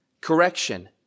Correction